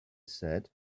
said